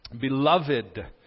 Beloved